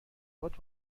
هات